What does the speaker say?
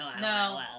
No